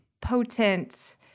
potent